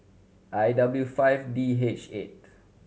I W five D H eight